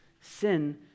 Sin